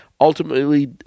Ultimately